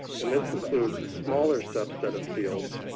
and this includes a smaller subset of fields.